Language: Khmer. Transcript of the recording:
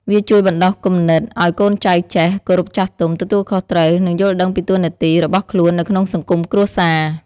វាជួយបណ្ដុះគំនិតឱ្យកូនចៅចេះ គោរពចាស់ទុំ ទទួលខុសត្រូវ និងយល់ដឹងពីតួនាទី របស់ខ្លួននៅក្នុងសង្គមគ្រួសារ។